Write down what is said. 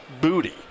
booty